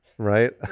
Right